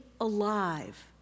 alive